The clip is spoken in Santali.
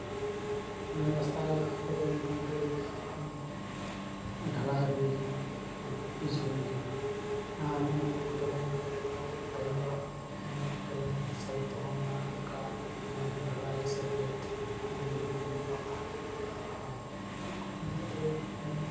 ᱨᱟᱥᱛᱟ ᱠᱚᱫᱚ ᱢᱚᱴᱟᱢᱩᱴᱤ ᱰᱷᱟᱞᱟᱭ ᱦᱩᱭᱟᱠᱟᱱᱟ ᱯᱤᱪ ᱦᱩᱭᱟᱠᱟᱱᱟ ᱟᱨ ᱱᱚᱜᱼᱚᱭ ᱡᱮᱢᱚᱱ ᱠᱮᱱᱮᱞ ᱠᱮᱱᱮᱞ ᱯᱟᱹᱦᱤᱞ ᱫᱚ ᱠᱮᱱᱮᱞ ᱥᱟᱭᱤᱴ ᱛᱮᱦᱚᱸ ᱚᱱᱟ ᱚᱱᱠᱟ ᱰᱷᱟᱞᱟᱭ ᱥᱮ ᱯᱞᱮᱴ ᱡᱮᱢᱚᱱ ᱵᱟᱝ ᱛᱟᱦᱮᱸ ᱠᱟᱱᱟ ᱦᱮᱸ ᱚᱱᱟ ᱠᱚᱦᱚᱸ ᱱᱤᱛᱳᱜ ᱫᱚ ᱢᱟᱱᱮ